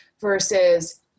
versus